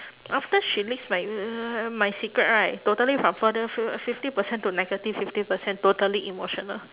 after she leaked my uhh my secret right totally from uh fifty percent to negative fifty percent totally emotional